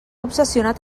obsessionat